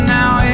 now